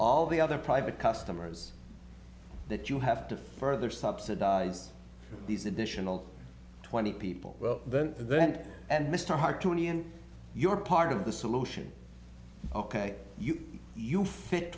all the other private customers that you have to further subsidize these additional twenty people well then that and mr hyde twenty and you're part of the solution ok you you fit